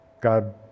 God